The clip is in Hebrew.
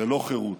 ללא חירות.